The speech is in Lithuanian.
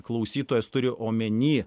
klausytojas turi omeny